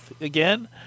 again